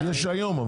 יש היום,